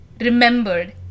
remembered